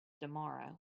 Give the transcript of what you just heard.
tomorrow